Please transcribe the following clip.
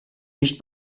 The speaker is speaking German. nicht